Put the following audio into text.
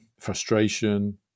frustration